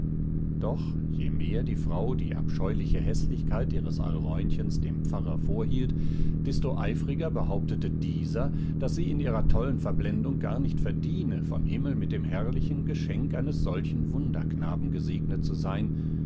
doch je mehr die frau die abscheuliche häßlichkeit ihres alräunchens dem pfarrer vorhielt desto eifriger behauptete dieser daß sie in ihrer tollen verblendung gar nicht verdiene vom himmel mit dem herrlichen geschenk eines solchen wunderknaben gesegnet zu sein